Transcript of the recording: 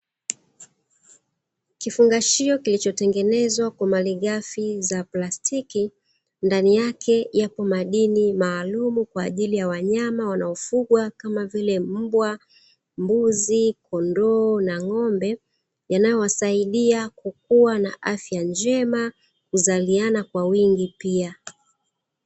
Kifungashio kilichotengenezwa kwa malighafi za plastiki, ndani yake yapo madini maalumu kwa ajili ya wanyama wanaofugwa kama vile: mbwa, mbuzi, kondoo na ng’ombe yanayowasaidia kukua na afya njema, kuzaliana kwa wingi pia.